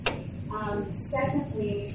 Secondly